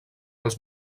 els